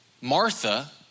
Martha